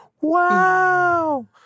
Wow